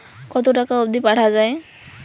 কতো টাকা অবধি পাঠা য়ায়?